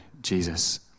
Jesus